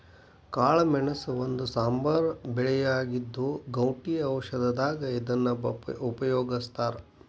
ಕಾಳಮೆಣಸ ಒಂದು ಸಾಂಬಾರ ಬೆಳೆಯಾಗಿದ್ದು, ಗೌಟಿ ಔಷಧದಾಗ ಇದನ್ನ ಉಪಯೋಗಸ್ತಾರ